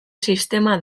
sistema